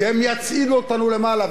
כי הם יצעידו אותנו למעלה.